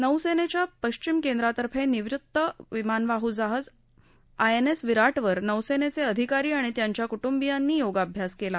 नौसेनेच्या पश्चिम केंद्रातर्फे निवृत्त विमानवाहू जहाज आयएनएस विराट वर नौसेनेचे अधिकारी आणि त्यांच्या कूट्रंबियांनी योगाभ्यास केला